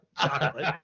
chocolate